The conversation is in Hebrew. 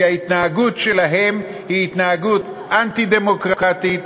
כי ההתנהגות שלהם היא התנהגות אנטי-דמוקרטית.